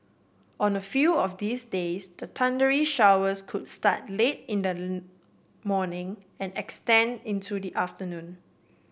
on a few of these days the thundery showers could start late in the morning and extend into the afternoon